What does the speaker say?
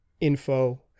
info